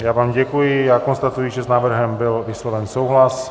Já vám děkuji a konstatuji, že s návrhem byl vysloven souhlas.